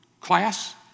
class